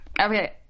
okay